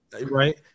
right